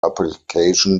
application